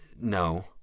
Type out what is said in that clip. no